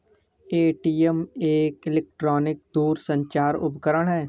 ATM एक electronic दूरसंचार उपकरण है